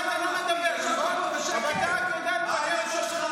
על זה אתה לא מדבר, נכון --- ראש הממשלה.